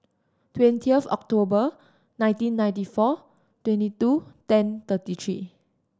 twentieth October nineteen ninety four twenty two ten thirty three